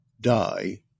die